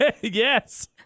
Yes